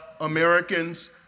Americans